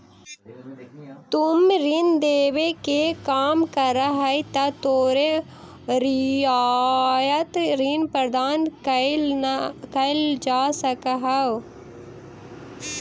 तुम ऋण देवे के काम करऽ हहीं त तोरो रियायत ऋण प्रदान कैल जा सकऽ हओ